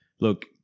look